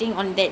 mm